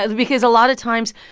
ah because a lot of times,